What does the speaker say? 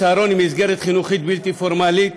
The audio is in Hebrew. הצהרון הוא מסגרת חינוכית בלתי פורמלית